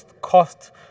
cost